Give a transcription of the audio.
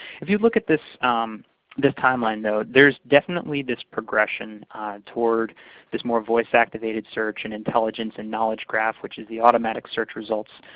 if you look at this this timeline, though, there's definitely this progression toward this more voice-activated search and intelligence and knowledge graph, which is the automatic search results.